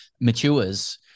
matures